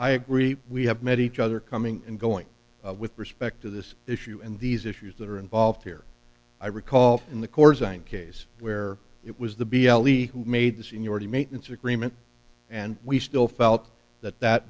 i agree we have met each other coming and going with respect to this issue and these issues that are involved here i recall in the corps and case where it was the b l e who made the seniority maintenance agreement and we still felt that that